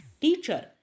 Teacher